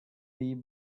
deep